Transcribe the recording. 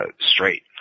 straight